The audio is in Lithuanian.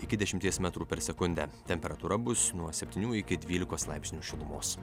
iki dešimties metrų per sekundę temperatūra bus nuo septynių iki dvylikos laipsnių šilumos